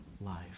life